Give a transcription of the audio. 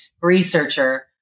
researcher